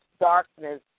darkness